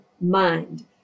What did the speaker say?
mind